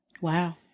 wow